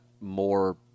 more